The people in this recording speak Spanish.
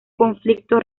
conflicto